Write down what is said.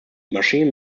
machine